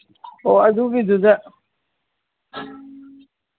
ꯑꯣ ꯑꯗꯨꯒꯤꯗꯨꯗ